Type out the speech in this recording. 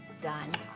done